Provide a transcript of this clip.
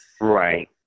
right